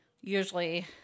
usually